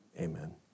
amen